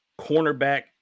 cornerback